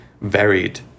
varied